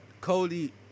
Cody